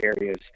areas